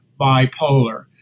bipolar